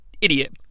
idiot